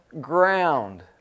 ground